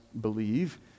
believe